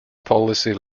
policy